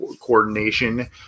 coordination